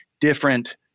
different